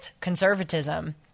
conservatism